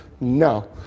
no